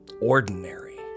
ordinary